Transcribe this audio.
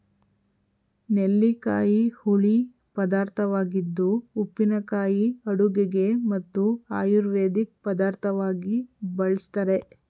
ನೆಲ್ಲಿಕಾಯಿ ಹುಳಿ ಪದಾರ್ಥವಾಗಿದ್ದು ಉಪ್ಪಿನಕಾಯಿ ಅಡುಗೆಗೆ ಮತ್ತು ಆಯುರ್ವೇದಿಕ್ ಪದಾರ್ಥವಾಗಿ ಬಳ್ಸತ್ತರೆ